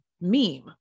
meme